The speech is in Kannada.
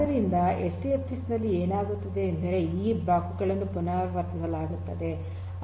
ಆದ್ದರಿಂದ ಎಚ್ಡಿಎಫ್ಎಸ್ ನಲ್ಲಿ ಏನಾಗುತ್ತದೆ ಎಂದರೆ ಈ ಬ್ಲಾಕ್ ಗಳನ್ನು ಪುನರಾವರ್ತಿಸಲಾಗುತ್ತದೆ